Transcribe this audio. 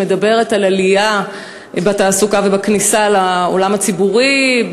מדברת על עלייה בתעסוקה ובכניסה לעולם הציבורי,